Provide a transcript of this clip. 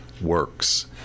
works